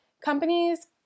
companies